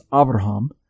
Abraham